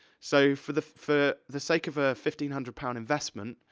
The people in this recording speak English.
so, for the, for the sake of a fifteen hundred pound investment,